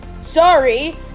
sorry